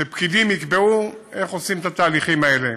שפקידים יקבעו איך עושים את התהליכים האלה.